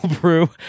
brew